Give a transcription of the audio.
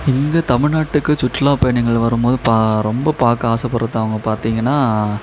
இந்த தமிழ்நாட்டுக்கு சுற்றுலா பயணிகள் வரும்போது ரொம்ப பார்க்க ஆசைப்பட்றது அவங்க பார்த்தீங்கன்னா